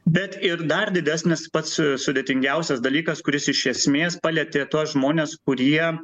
bet ir dar didesnis pats sudėtingiausias dalykas kuris iš esmės palietė tuos žmones kurie